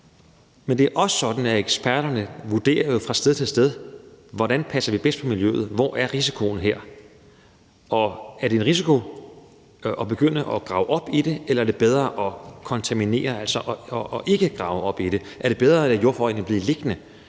Men det er også sådan, at eksperterne fra sted til sted vurderer, hvordan vi bedst passer på miljøet, hvor risikoen er det pågældende sted, om det er en risiko at begynde at grave op i det, eller om det er bedre at kontaminere, altså ikke at grave op i det. Er det bedre at lade jordforureningen blive liggende?